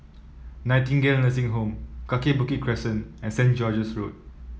Nightingale Nursing Home Kaki Bukit Crescent and Saint George's Road